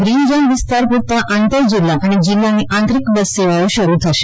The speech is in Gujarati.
ગ્રીન ઝોન વિસ્તારો પુરતા આંતર જિલ્લા અને જિલ્લાની આંતરિક બસ સેવાઓ શરૂ થશે